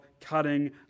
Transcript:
cutting